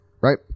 right